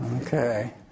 Okay